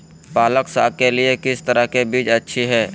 पालक साग के लिए किस तरह के बीज अच्छी है?